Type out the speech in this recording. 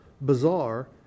bizarre